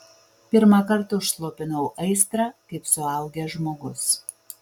pirmąkart užslopinau aistrą kaip suaugęs žmogus